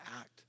act